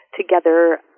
together